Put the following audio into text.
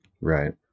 Right